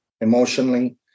emotionally